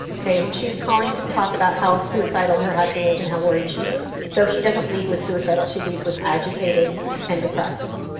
she's calling to talk about how suicidal her husband is and how worried she is. so she doesn't lead with suicidal. she leads with agitated and depressed.